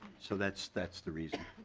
so that's that's the reason.